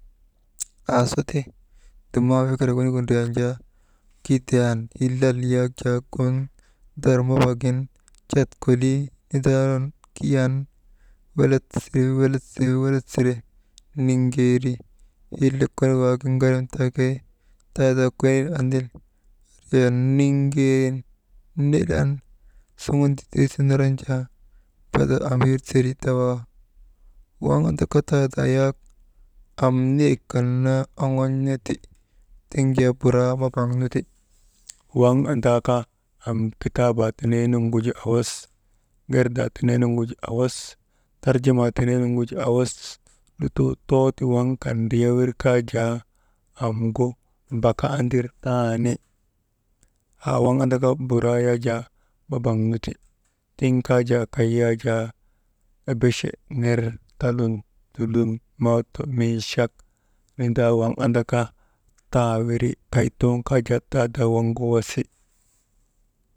Aasuti dumnan fikirak wenigu ndriyan jaa kidiyan hilal yak jaa gun, dar maba gin cat kolii indan Kiyan, welet sire, welet sire, welet sire, niŋgeeri hillek konik waagin ŋarim taa kiri taadaa konin anil andriyan niŋgeerin nilan suŋun dittir ti nilan jaa, bada ambir teri dawaa, waŋ andaka taadaa yak am niyek kan naa oŋon̰nu ti. Tiŋ jaa buraa mabaŋ nu ti. Waŋ andaka am kitaabaa tenee nuŋgu ju awas, gerdaa tenee nuŋguju awas tarjamaa tenee nuŋgu ju awas, lutoo too ti waŋ kan ndriya ambir kaa jaa amgu mbaka andirtaani, haa waŋ andaka buraa yak jaa mabaŋ nu ti, tiŋ kaa jaa kay yak jaa ebeche ner talun, lulun, mooto, minchak, nindaa waŋ andaka taawiri kay ton kaa jaa taadaa waŋgu wasi.